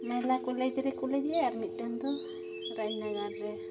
ᱢᱟᱦᱤᱞᱟ college ᱨᱮ college ᱨᱮ ᱟᱨ ᱢᱤᱜᱴᱮᱱ ᱫᱚ ᱨᱟᱡᱽᱱᱟᱜᱟᱨ ᱨᱮ